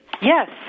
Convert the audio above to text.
Yes